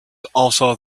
also